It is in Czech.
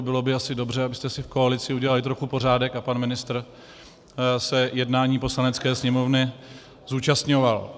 Bylo by asi dobře, abyste si v koalici udělali trochu pořádek a pan ministr se jednání Poslanecké sněmovny zúčastňoval.